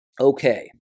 Okay